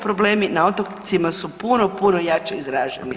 Problemi na otocima su puno, puno jače [[Upadica: Vrijeme.]] izraženi.